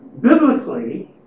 Biblically